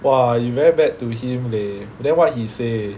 !wah! you very bad to him leh then what he say